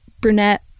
brunette